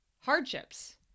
hardships